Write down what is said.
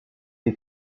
des